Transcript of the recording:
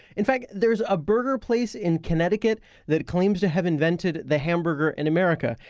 in fact, there's a burger place in connecticut that claims to have invented the hamburger in america.